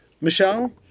Michelle